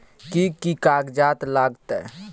कि कि कागजात लागतै?